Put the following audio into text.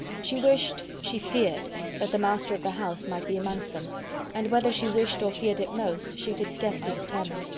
she wished, she feared that the master of the house might be amongst them and whether she wished or feared it most, she could scarcely determine.